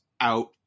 out